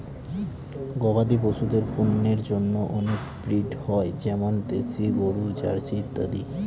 গবাদি পশুদের পন্যের জন্য অনেক ব্রিড হয় যেমন দেশি গরু, জার্সি ইত্যাদি